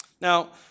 Now